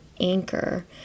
Anchor